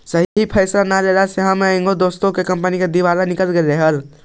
सही फैसला न लेला पर हमर एगो दोस्त के कंपनी के दिवाला निकल गेलई हल